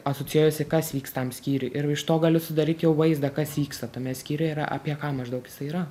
asocijuojasi kas vyks tam skyriuj ir iš to gali sudaryt jau vaizdą kas vyksta tame skyriuj ir apie ką maždaug jisai yra